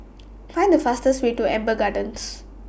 Find The fastest Way to Amber Gardens